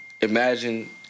imagine